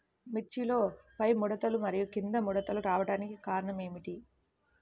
మిర్చిలో పైముడతలు మరియు క్రింది ముడతలు రావడానికి కారణం ఏమిటి?